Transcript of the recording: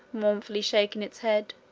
mournfully shaking its head.